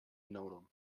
nolan